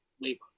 labor